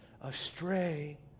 astray